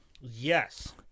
Yes